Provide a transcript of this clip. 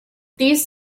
these